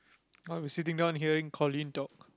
I was sitting down hearing Coleen talk